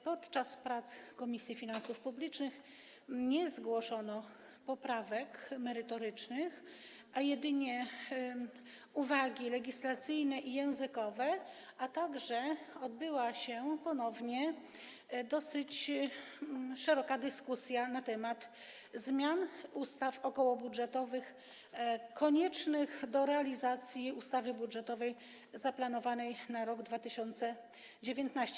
Podczas prac Komisji Finansów Publicznych nie zgłoszono poprawek merytorycznych, a jedynie uwagi legislacyjne i językowe, a także odbyła się ponownie dosyć szeroka dyskusja na temat zmian ustaw okołobudżetowych koniecznych do realizacji ustawy budżetowej zaplanowanej na rok 2019.